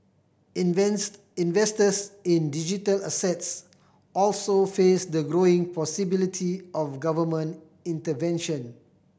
investors in digital assets also face the growing possibility of government intervention